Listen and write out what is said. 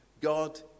God